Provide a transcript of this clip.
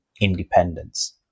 independence